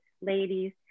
ladies